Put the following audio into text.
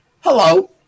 Hello